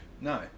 No